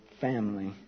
family